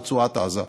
ברצועת עזה.